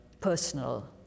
personal